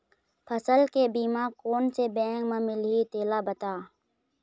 फसल के बीमा कोन से बैंक म मिलही तेला बता?